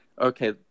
okay